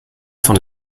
von